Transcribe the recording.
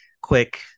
quick